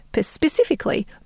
specifically